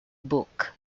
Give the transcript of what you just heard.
book